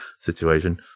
situation